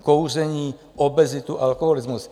Kouření, obezitu, alkoholismus.